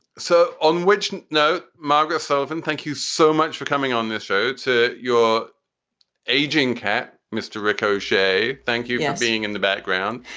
so on. which no. margaret sullivan, thank you so much for coming on this show. to your aging cat, mr. ricochet. thank you. being in the background